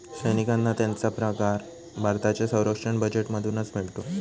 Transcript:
सैनिकांना त्यांचा पगार भारताच्या संरक्षण बजेटमधूनच मिळतो